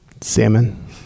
Salmon